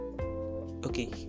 Okay